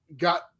got